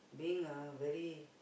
being a very